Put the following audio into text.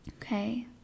okay